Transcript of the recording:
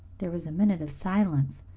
there was a minute of silence,